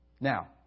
Now